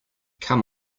come